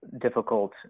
difficult